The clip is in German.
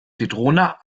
zitrone